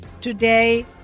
Today